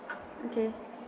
okay